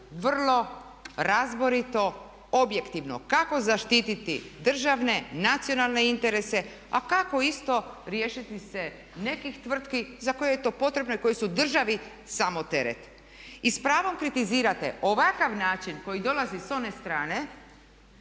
vrlo razborito, objektivno kako zaštiti državne, nacionalne interese a kako isto riješiti se nekih tvrtki za koje je to potrebno i koje su državi samo teret. I s pravom kritizirate ovakav način koji dolazi s one strane